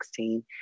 16